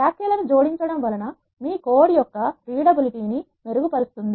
వ్యాఖ్యలను జోడించడం వలన మీ కోడ్ యొక్క రీడబిలిటిని మెరుగుపరుస్తుంది